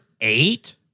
eight